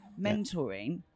mentoring